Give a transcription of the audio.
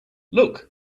look